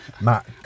Matt